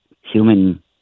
human